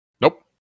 Nope